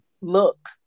look